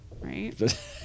right